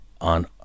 on